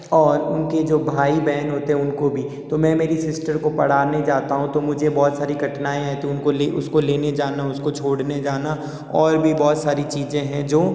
और उनके जो भाई बहन होते हैं उनको भी तो मैं मेरी सिस्टर को पढ़ाने जाता हूँ तो मुझे बहुत सारी कठिनाई रहती हैं उनको उसको लेने जाना उसको छोड़ने जाना और भी बहुत सारी चीज़ें हैं जो